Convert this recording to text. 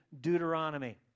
Deuteronomy